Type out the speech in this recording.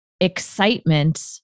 excitement